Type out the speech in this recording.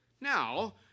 Now